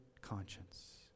conscience